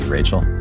Rachel